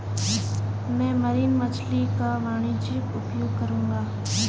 मैं मरीन मछली का वाणिज्यिक उपयोग करूंगा